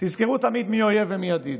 זכרו תמיד מי אויב ומי ידיד.